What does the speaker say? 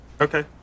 Okay